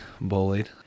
bullied